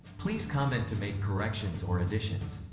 please comment to make corrections or additions.